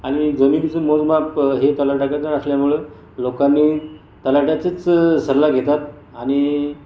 आणि जमिनीचं मोजमाप हे तलाठ्याकडं असल्यामुळं लोकांनी तलाठ्याचाच सल्ला घेतात आणि